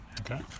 Okay